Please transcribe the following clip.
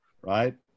right